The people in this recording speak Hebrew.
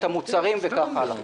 את המוצרים וכך הלאה.